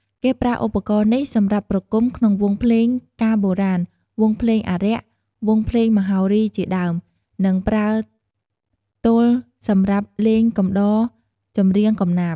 គេប្រើឧបករណ៍នេះសម្រាប់ប្រគំ ក្នុងវង់ភ្លេងការបុរាណ វង់ភ្លេងអារក្ស វង់ភ្លេងមហោរីជាដើម និងប្រើទោលសម្រាប់លេងកំដរចម្រៀងកំណាព្យ។